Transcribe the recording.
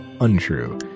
untrue